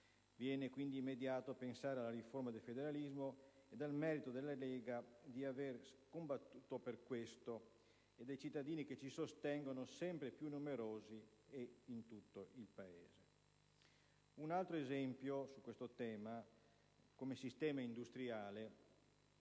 Viene quindi immediato pensare alla riforma del federalismo ed al merito della Lega di aver combattuto per questo e dei cittadini che ci sostengono sempre più numerosi ed in tutto il Paese. Un altro esempio significativo su questo tema, come sistema industriale,